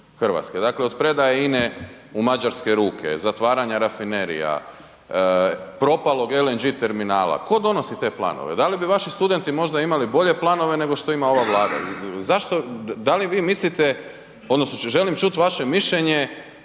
Hrvatske dakle od predaje INA-e u mađarske ruke, zatvaranje rafinerija, propalog LNG terminala. Tko donosi te planove? Da li bi vaši studenti možda imali bolje planove nego što ima ova Vlada. Zašto, da li vi mislite, odnosno želim čuti vaše mišljenje